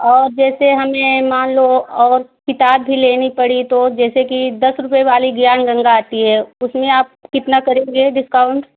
और जैसे हमें यह मान लो और किताब भी लेनी पड़ी तो जैसे कि दस रुपये वाली ज्ञानगंगा आती है उसमें आप कितना करेंगें डिस्काउंट